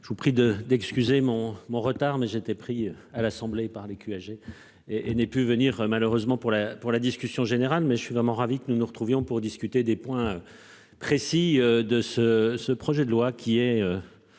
Je vous prie de l'excuser mon mon retard mais j'ai été pris à l'Assemblée par les écu âgé et et n'ait pu venir malheureusement pour la pour la discussion générale mais je suis vraiment ravi que nous nous retrouvions pour discuter des points. Précis de ce ce projet de loi qui est.